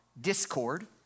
discord